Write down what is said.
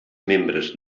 membres